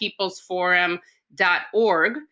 peoplesforum.org